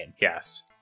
yes